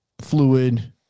Fluid